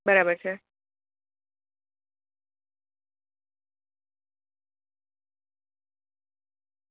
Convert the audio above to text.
બરાબર છે